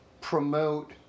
promote